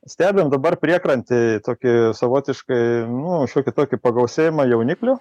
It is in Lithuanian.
stebim dabar priekrantėj tokį savotiškai nu šiokį tokį pagausėjimą jauniklių